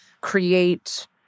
create